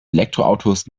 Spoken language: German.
elektroautos